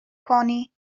کنی